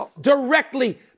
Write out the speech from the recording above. directly